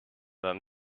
dann